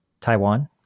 Taiwan